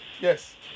Yes